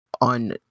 on